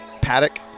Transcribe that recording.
paddock